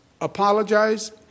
apologize